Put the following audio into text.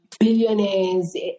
billionaires